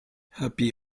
happy